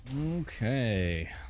Okay